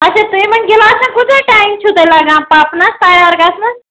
اچھا تُہۍ یِمَن گِلاسَن کوٗتاہ ٹایِم چھُو تۄہہِ لَگان پَپنَس تیار گژھنَس